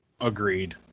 agreed